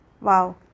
Wow